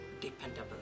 dependable